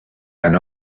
and